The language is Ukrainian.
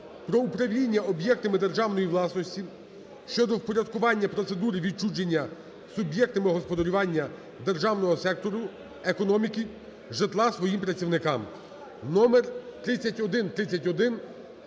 "Про управління об'єктами державної власності" щодо впорядкування процедури відчуження суб'єктами господарювання державного сектору економіки житла своїм працівникам № 3131